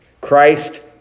Christ